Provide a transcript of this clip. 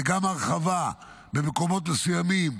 וגם הרחבה במקומות מסוימים,